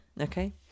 Okay